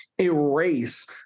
erase